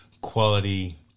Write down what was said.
quality